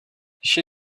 she